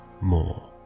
more